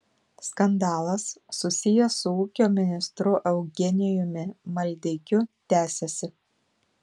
skandalas susijęs su ūkio ministru eugenijumi maldeikiu tęsiasi